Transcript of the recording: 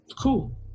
Cool